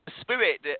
spirit